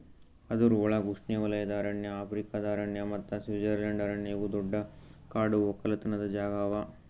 ಅದುರ್ ಒಳಗ್ ಉಷ್ಣೆವಲಯದ ಅರಣ್ಯ, ಆಫ್ರಿಕಾದ ಅರಣ್ಯ ಮತ್ತ ಸ್ವಿಟ್ಜರ್ಲೆಂಡ್ ಅರಣ್ಯ ಇವು ದೊಡ್ಡ ಕಾಡು ಒಕ್ಕಲತನ ಜಾಗಾ ಅವಾ